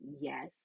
Yes